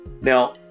now